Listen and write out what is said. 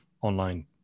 online